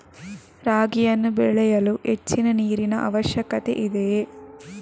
ರಾಗಿಯನ್ನು ಬೆಳೆಯಲು ಹೆಚ್ಚಿನ ನೀರಿನ ಅವಶ್ಯಕತೆ ಇದೆಯೇ?